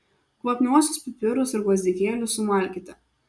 kvapniuosius pipirus ir gvazdikėlius sumalkite